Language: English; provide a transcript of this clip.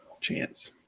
chance